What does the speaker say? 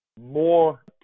more